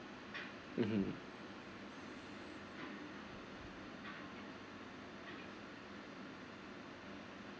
(uh huh)